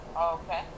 Okay